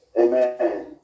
Amen